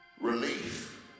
relief